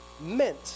meant